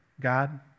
God